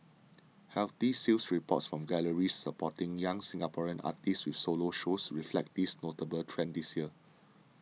healthy sales reports from galleries supporting young Singaporean artists with solo shows reflect this notable trend this year